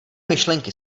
myšlenky